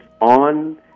on